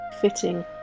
fitting